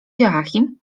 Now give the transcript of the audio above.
joachim